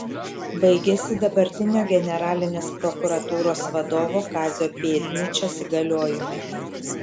baigiasi dabartinio generalinės prokuratūros vadovo kazio pėdnyčios įgaliojimai